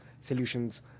solutions